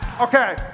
Okay